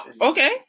okay